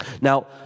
Now